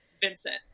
Vincent